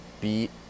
beat